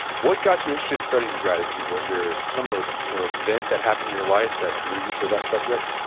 what got you interested in studying gratitude? was there some ah you know event that happened in your life that drew you to that subject?